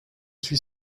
suis